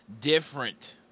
different